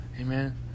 Amen